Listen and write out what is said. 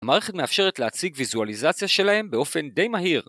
‫המערכת מאפשרת להציג ויזואליזציה שלהם ‫באופן די מהיר.